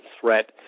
threat